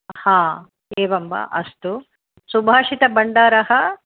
हा एवं वा अस्तु सुभाषितभण्डारः